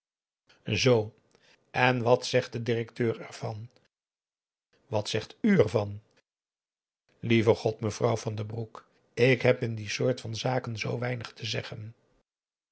en wat zegt de directeur ervan wat zegt u ervan lieve god mevrouw van den broek ik heb in die soort van zaken zoo weinig te zeggen